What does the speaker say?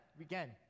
again